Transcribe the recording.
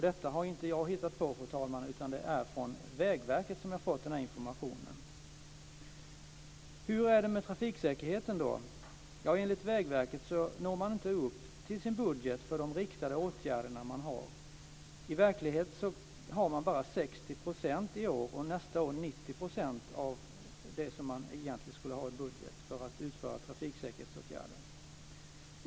Detta har inte jag hittat på, fru talman, utan det är från Vägverket som jag har fått denna information. Hur är det då med trafiksäkerheten? Enligt Vägverket når man inte upp till sin budget för de riktade åtgärder man planerar. I verkligheten har man bara 60 % i år och 90 % nästa år av de summor som man egentligen behöver för att utföra trafiksäkerhetsåtgärder.